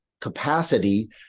capacity